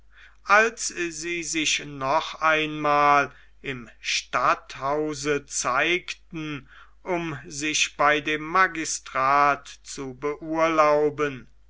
als sie sich noch einmal im stadthause zeigten um sich bei dem magistrat zu beurlauben